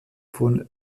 von